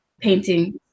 painting